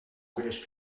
collège